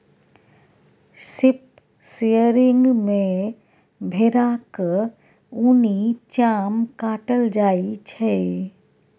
sheep shearing मे भेराक उनी चाम काटल जाइ छै